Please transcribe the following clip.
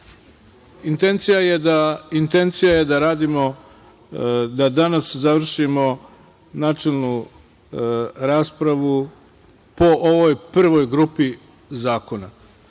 Intencija da radimo, odnosno da danas završimo načelnu raspravu po ovoj prvoj grupi zakona.